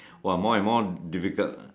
!wah! more and more difficult ah